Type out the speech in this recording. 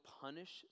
punish